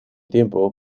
tiempo